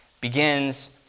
begins